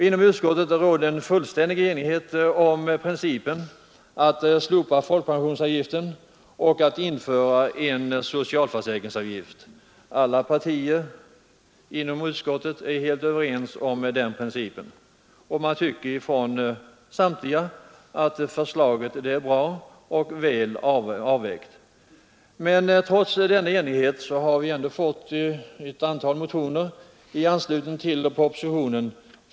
Inom utskottet råder fullständig enighet mellan partierna om principen att slopa folkpensionsavgiften och att införa en socialförsäkringsavgift, och samtliga tycker att förslaget är bra avvägt. Trots denna enighet har vi fått ett antal motioner att behandla i anslutning till propositionen.